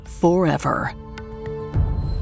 forever